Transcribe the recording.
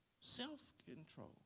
Self-control